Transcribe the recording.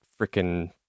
freaking